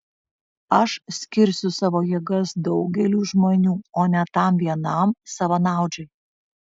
aš skirsiu savo jėgas daugeliui žmonių o ne tam vienam savanaudžiui